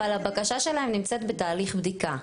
אבל הבקשה שלהם נמצאת בתהליך בדיקה.